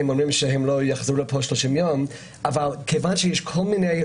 הם אומרים שהם לא יחזרו לכאן במשך 30 ימים אבל כיוון שיש אלפי